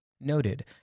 noted